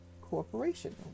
corporation